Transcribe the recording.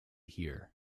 here